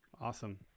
Awesome